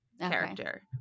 character